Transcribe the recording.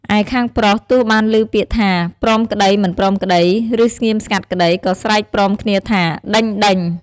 ឯខាងប្រុសទោះបានឮពាក្យថា ព្រមក្តី មិនព្រមក្តី ឬស្ងៀមស្ងាត់ក្តី ក៏ស្រែកព្រមគ្នាថា ដេញៗ។